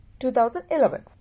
2011